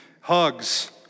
hugs